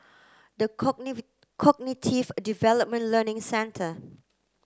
the Cognitive Development Learning Centre